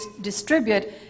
distribute